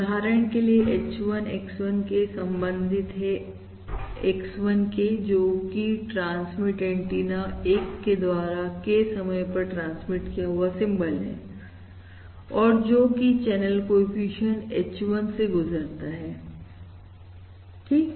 उदाहरण के लिए H1 X1 K संबंधित है X1 Kजोकि ट्रांसमिट एंटीना 1 के द्वारा K समय पर ट्रांसमिट किया हुआ सिंबल है और जो कि चैनल कोएफिशिएंट H1 से गुजरता हैठीक